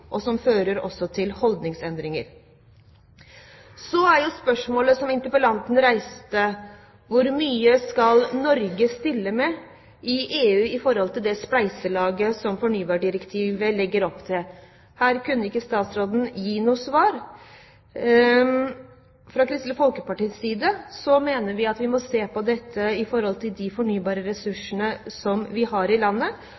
og som også fører til holdningsendringer. Så til spørsmålet som interpellanten reiste: Hvor mye skal Norge stille med i EU i det spleiselaget som fornybardirektivet legger opp til? Her kunne ikke statsråden gi noe svar. Fra Kristelig Folkepartis side mener vi at vi må se på dette i forhold til de fornybare